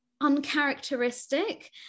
uncharacteristic